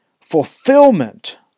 fulfillment